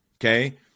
Okay